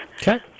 okay